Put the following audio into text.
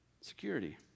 security